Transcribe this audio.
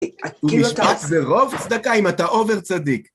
ומשפט ברוב צדקה אם אתה over צדיק.